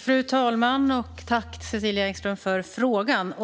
Fru talman! Tack, Cecilia Engström, för frågan!